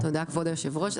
תודה, כבוד היושב-ראש.